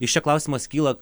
iš čia klausimas kyla